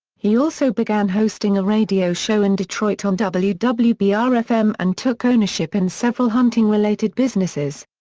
he also began hosting a radio show in detroit on wwbr-fm wwbr-fm and took ownership in several hunting-related businesses.